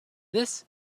this